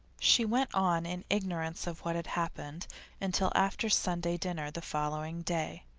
she went on in ignorance of what had happened until after sunday dinner the following day.